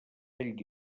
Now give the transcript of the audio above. ell